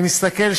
אני מסתכל,